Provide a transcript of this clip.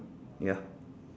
ya